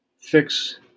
fix